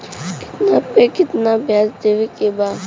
कितना पे कितना व्याज देवे के बा?